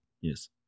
yes